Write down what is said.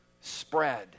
spread